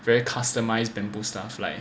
very customized bamboo stuff like